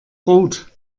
rot